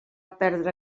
perdre